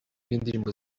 b’indirimbo